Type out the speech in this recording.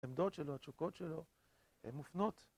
העמדות שלו, התשוקות שלו, הן מופנות.